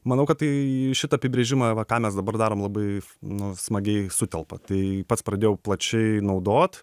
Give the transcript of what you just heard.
manau kad tai šitą apibrėžimą va ką mes dabar darom labai nu smagiai sutelpa tai pats pradėjau plačiai naudot